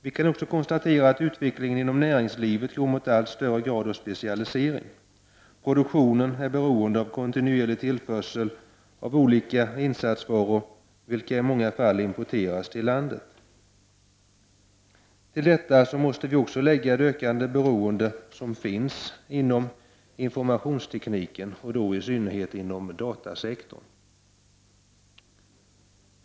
Vi kan också konstatera att utvecklingen inom näringslivet går mot en allt högre grad av specialisering. Produktionen är beroende av kontinuerlig tillförsel av olika insatsvaror, vilka i många fall importeras till landet. Till detta måste vi också lägga det ökande beroende som finns inom informationstekniken, och då i synnerhet inom datasektorn.